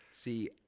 See